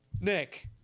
Nick